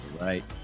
Right